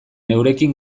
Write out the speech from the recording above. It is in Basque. eurekin